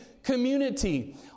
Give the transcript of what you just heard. community